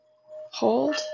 hold